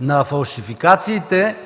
на фалшификациите